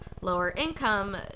lower-income